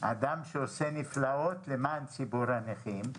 אדם שעושה נפלאות למען ציבור הנכים.